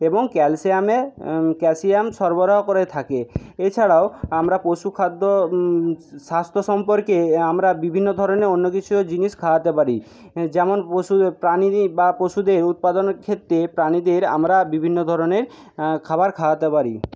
এবং ক্যালসিয়ামে ক্যালসিয়াম সরবরাহ করে থাকে এছাড়াও আমরা পশু খাদ্য স্বাস্থ্য সম্পর্কে আমরা বিভিন্ন ধরণের অন্য কিছুও জিনিস খাওয়াতে পারি যেমন পশু প্রাণীদের বা পশুদের উৎপাদনের ক্ষেত্রে প্রাণীদের আমরা বিভিন্ন ধরণের খাবার খাওয়াতে পারি